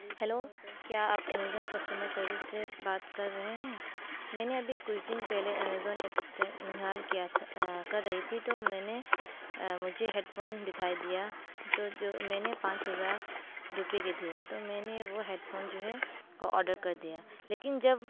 hello کیا آپ Amazon customer service سے بات کر رہے ہیں میں نے ابھی کچھ دن پہلے امیزون ایپس استعمال کیا تھا کر رہی تھی تو میں نے مجھے ہیڈ فون دکھائی دیا تو جو میں نے پانچ ہزار روپئے کے تھے تو میں نے وہ ہیڈ فون جو ہے آڈر کر دیا لیکن جب